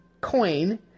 coin